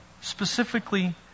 specifically